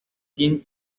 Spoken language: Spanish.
kim